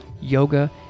yoga